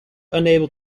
unable